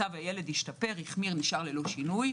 מצב הילד השתפר, החמיר או נשאר ללא שינוי.